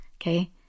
okay